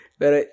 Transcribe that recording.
pero